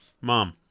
mom